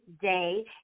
day